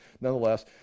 nonetheless